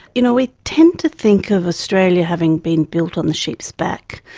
you know, we tend to think of australia having been built on the sheep's back,